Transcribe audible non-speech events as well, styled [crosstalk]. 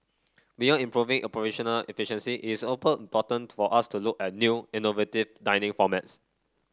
beyond improving operational efficiency is [unintelligible] to for us to look at new innovative dining formats